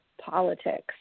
politics